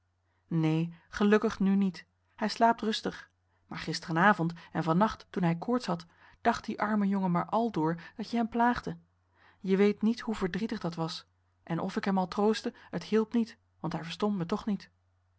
neen gelukkig nu niet hij slaapt rustig maar gisterenavond en van nacht toen hij koorts had dacht die arme jongen maar aldoor dat je hem plaagde je weet niet hoe verdrietig dat was en of ik hem al troostte het hielp niet want hij verstond mij toch niet